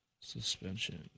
Suspension